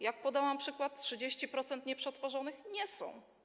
Jak podałam przykład, 30% nieprzetworzonych, czyli nie są.